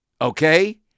okay